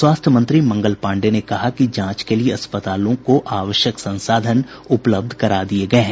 स्वास्थ्य मंत्री मंगल पाण्डेय ने कहा कि जांच के लिये अस्पतालों को आवश्यक संसाधन उपलब्ध करा दिये गये हैं